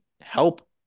help